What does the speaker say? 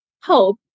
help